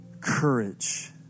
courage